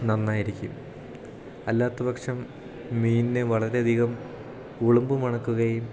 നന്നായിരിക്കും അല്ലാത്തപക്ഷം മീനിൻ്റെ വളരെയധികം ഉളുമ്പ് മണക്കുകയും